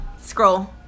scroll